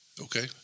Okay